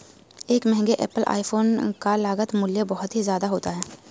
एक महंगे Apple iPhone का लागत मूल्य बहुत ही ज्यादा होता है